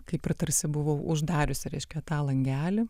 kaip ir tarsi buvau uždariusi reiškia tą langelį